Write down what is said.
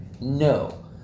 No